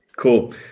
Cool